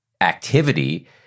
activity –